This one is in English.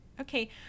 okay